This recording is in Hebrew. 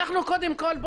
קודם כל,